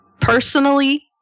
personally